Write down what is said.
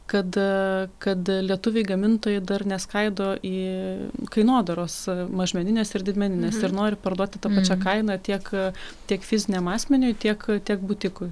kad kad lietuviai gamintojai dar neskaido į kainodaros mažmeninės ir didmeninės ir nori parduoti ta pačia kaina tiek tiek fiziniam asmeniui tiek butikui